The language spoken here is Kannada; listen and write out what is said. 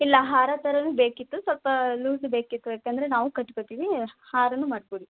ಇಲ್ಲ ಹಾರ ಥರವೂ ಬೇಕಿತ್ತು ಸ್ವಲ್ಪ ಲೂಸೂ ಬೇಕಿತ್ತು ಯಾಕಂದರೆ ನಾವು ಕಟ್ಕೋತೀವಿ ಹಾರನೂ ಮಾಡಿಕೊಡಿ